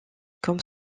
comme